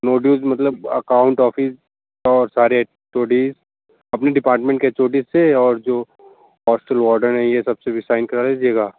no dues मतलब account office और सारे एच ओ डीज अपनी डिपार्टमेंट के एच ओ डीज से और जो होस्टल वार्डन हैं ये सब से भी सैइन करा लीजिएगा